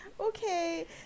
Okay